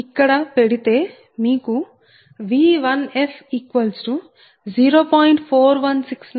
ఇక్కడ పెడితే మీకు V1f0